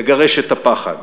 לגרש את הפחד.